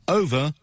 over